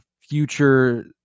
Future